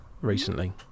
recently